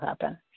happen